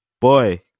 boy